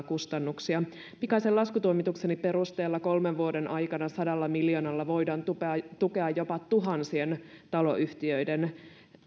kustannuksia pikaisen laskutoimitukseni perusteella kolmen vuoden aikana sadalla miljoonalla voidaan tukea tukea jopa tuhansien taloyhtiöiden